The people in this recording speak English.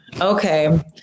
Okay